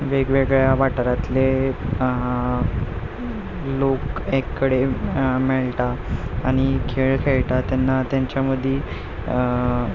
वेग वेगळ्या वाठारांतले लोक एकेकडेन मेळटा आनी खेळ खेळटा तेन्ना तेंच्या मदीं